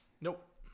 Nope